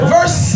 Verse